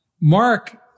Mark